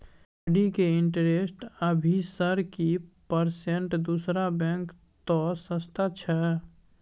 FD के interest अभी sir की परसेंट दूसरा बैंक त सस्ता छः?